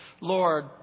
Lord